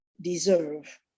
deserve